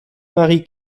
marie